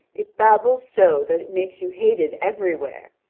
it babbles so that it makes you hated everywhere.